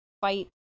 fight